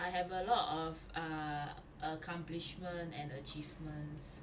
I have a lot of err err accomplishments and achievements